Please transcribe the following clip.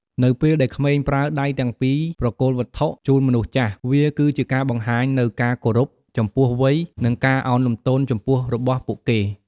នៅពេលដែលក្មេងប្រើដៃទាំងពីរប្រគល់វត្ថុជូនមនុស្សចាស់ វាគឺជាការបង្ហាញនូវការគោរពចំពោះវ័យ និងការឱនលំទោនចំពោះរបស់ពួកគាត់។